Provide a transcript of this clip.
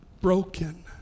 broken